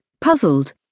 puzzled